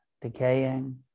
decaying